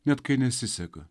net kai nesiseka